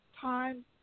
time